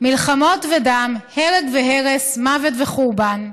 מלחמות ודם, הרג והרס, מוות וחורבן.